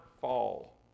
fall